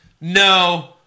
No